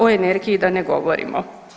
O energiji da ne govorimo.